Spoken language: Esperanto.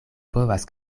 povas